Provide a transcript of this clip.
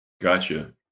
Gotcha